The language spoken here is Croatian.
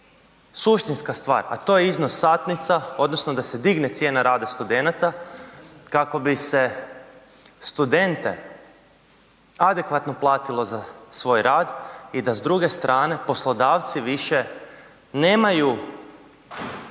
suštinska stvar, a to je iznos satnica, odnosno da se digne cijena rada studenata kako bi se studente adekvatno platilo za svoj rad, i da s druge strane, poslodavci više nemaju